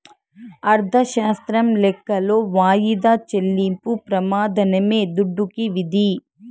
అర్ధశాస్త్రం లెక్కలో వాయిదా చెల్లింపు ప్రెమానమే దుడ్డుకి విధి